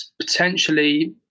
potentially